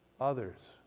others